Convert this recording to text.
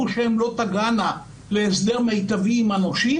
שהן לא תגענה להסדר תזרימי עם הנושים,